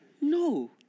No